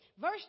Verse